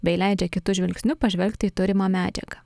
bei leidžia kitu žvilgsniu pažvelgti į turimą medžiagą